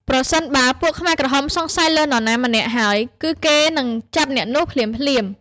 ប្រសិនបើពួកខ្មែរក្រហមសង្ស័យលើនរណាម្នាក់ហើយ គឺគេនឹងចាប់អ្នកនោះភ្លាមៗ។